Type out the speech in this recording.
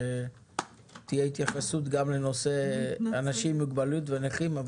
שתהיה התייחסות גם לנושא אנשים עם מוגבלות ונכים,